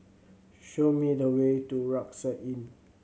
show me the way to Rucksack Inn